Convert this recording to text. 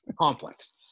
complex